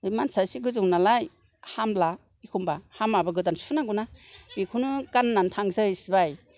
बे मानसिया एसे गोजौ नालाय हामला एखमबा हामाबा गोदान सुहोनांगौ ना बिखौनो गान्नानै थांसै सिबाय